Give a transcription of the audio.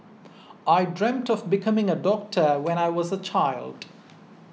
I dreamt of becoming a doctor when I was a child